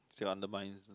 she will undermines